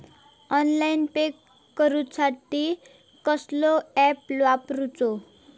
Online pay करूचा साठी कसलो ऍप वापरूचो?